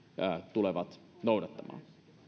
tulevat noudattamaan